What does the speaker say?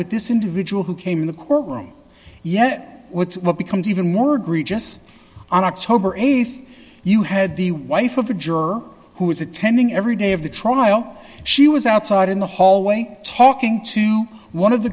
with this individual who came in the courtroom yet with what becomes even more egregious on october th you had the wife of a juror who is attending every day of the trial she was outside in the hallway talking to one of the